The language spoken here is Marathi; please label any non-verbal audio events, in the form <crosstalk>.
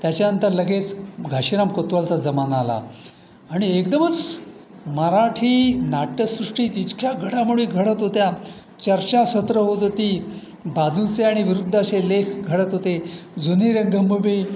त्याच्यानंतर लगेच घाशीराम कोतवालचा जमाना आला आणि एकदमच मराठी नाट्यसृष्टीत इचक्या घडामोडी घडत होत्या चर्चासत्रं होत होती बाजूचे आणि विरुद्ध असे लेख घडत होते जुनी <unintelligible>